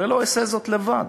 הרי לא אעשה זאת לבד.